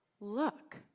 look